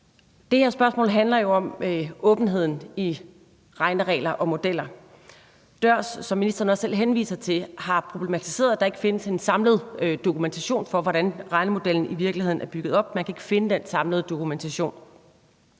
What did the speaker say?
Det her spørgsmål handler jo om åbenheden i forhold til regneregler og modeller. DØRS, som ministeren også selv henviser til, har problematiseret, at der ikke findes en samlet dokumentation for, hvordan regnemodellen i virkeligheden er bygget op; man kan ikke finde den samlede dokumentation.